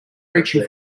reaching